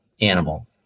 animal